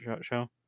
show